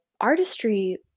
artistry